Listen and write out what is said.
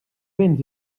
béns